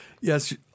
Yes